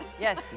Yes